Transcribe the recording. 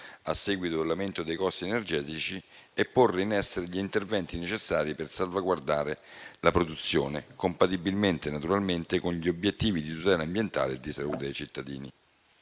a seguito dell'aumento dei costi energetici e porre in essere gli interventi necessari per salvaguardare la produzione, compatibilmente con gli obiettivi di tutela ambientale e di salute dei cittadini;